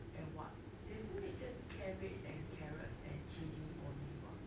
and what isn't it just cabbage and carrot and chilli only what